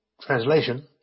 translation